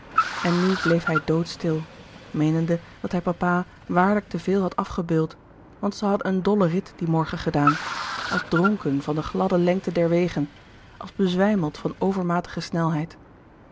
en nu bleef hij doodstil meenende dat hij papa waarlijk te veel had afgebeuld want zij hadden een dollen rit dien morgen gedaan als dronken van de gladde lengte der wegen als bezwijmeld van overmatige snelheid